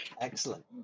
excellent